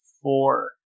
four